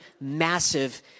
massive